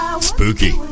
Spooky